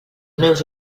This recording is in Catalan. meus